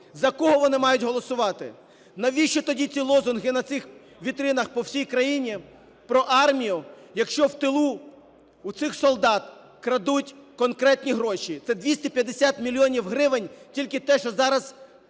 За кого вони мають голосувати? Навіщо тоді ці лозунги на цих вітринах по всій країні про армію, якщо в тилу у цих солдат крадуть конкретні гроші? Це 250 мільйонів гривень – тільки те, що зараз